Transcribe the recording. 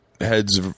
heads